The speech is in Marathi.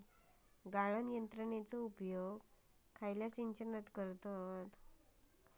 गाळण यंत्रनेचो उपयोग खयच्या सिंचनात करतत?